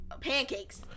pancakes